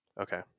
Okay